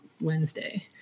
Wednesday